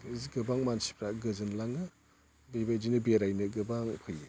गोबां मानसिफ्रा गोजोनलाङो बेबायदिनो बेरायनो गोबां फैयो